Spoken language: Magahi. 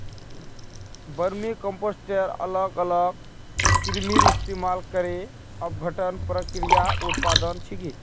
वर्मीकम्पोस्ट अलग अलग कृमिर इस्तमाल करे अपघटन प्रक्रियार उत्पाद छिके